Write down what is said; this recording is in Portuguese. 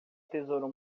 tesouro